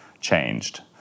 changed